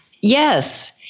yes